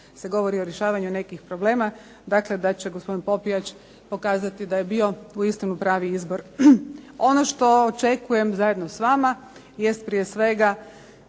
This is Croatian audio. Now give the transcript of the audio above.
se govori o rješavanju nekih problema, dakle da će gospodin Popijač pokazati da je bio uistinu pravi izbor. Ono što očekujem zajedno s vama jest prije svega